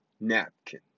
napkin